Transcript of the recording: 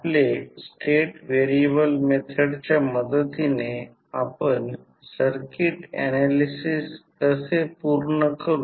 आपले state variable मेथडच्या मदतीने आपण सर्किट ऍनालिसिस कसे पूर्ण करू